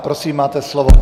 Prosím, máte slovo.